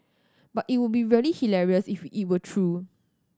but it would be really hilarious if it were true